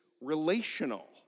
relational